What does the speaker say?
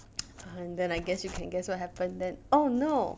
and then I guess you can guess what happened then oh no